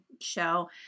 show